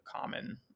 common